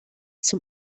zum